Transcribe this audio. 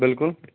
بلکُل